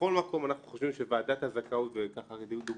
בכל מקום אנחנו חושבים שוועדת הזכאות ודובר